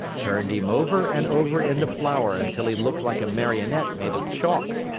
turned him over and over in the flour until he looked like a marionette made of chalk.